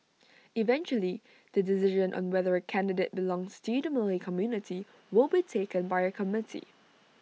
eventually the decision on whether A candidate belongs to the Malay community will be taken by A committee